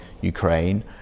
Ukraine